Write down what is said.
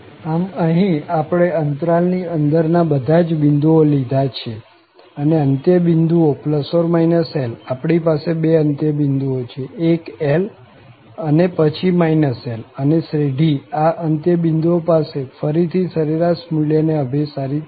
આમ અહીં આપણે અંતરાલ ની અંદર ના બધા જ બિંદુઓ લીધા છે અને અંત્ય બિંદુ ±L આપણી પાસે બે અંત્યબિંદુઓ છે એક L અને પછી L અને શ્રેઢી આ અંત્યબિંદુઓ પાસે ફરી થી સરેરાશ મુલ્યને અભિસારી થશે